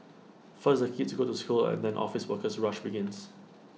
first the kids go to school and then office worker rush begins